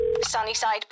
Sunnyside